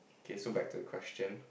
okay so back to the question